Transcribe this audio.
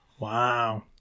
wow